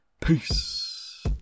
Peace